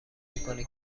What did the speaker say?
میکنه